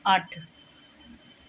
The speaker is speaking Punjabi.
ਅੱਠ